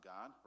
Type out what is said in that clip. God